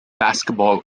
basketball